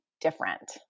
different